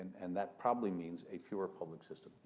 and that probably means a pure public system.